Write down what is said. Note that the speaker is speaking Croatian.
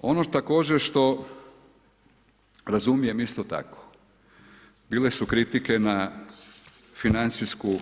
Ono što također razumijem isto tako, bile su kritike, na financijsku,